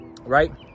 right